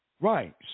right